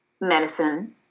medicine